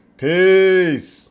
peace